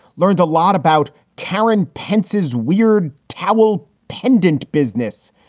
learned a lot about karen pences, weird towill pendant business.